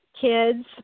kids